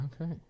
Okay